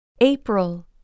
April